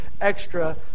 extra